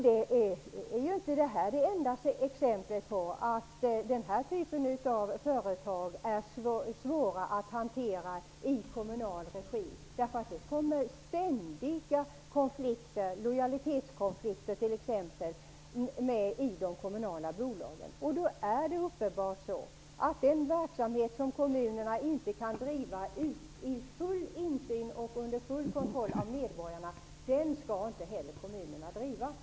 Det här är inte det enda exemplet på att den här typen av företag är svåra att hantera i kommunal regi, därför att det blir ständiga konflikter, t.ex. lojalitetskonflikter, i de kommunala bolagen. Då är det uppenbart så att den verksamhet som kommunerna inte kan driva i full insyn och under full kontroll av medborgarna skall inte heller kommunerna driva.